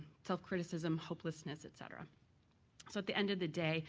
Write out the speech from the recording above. self-criticism, hopelessness, et cetera so at the end of the day,